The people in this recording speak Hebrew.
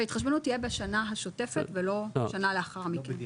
שההתחשבנות תהיה בשנה השוטפת, ולא בשנה לאחר מכן.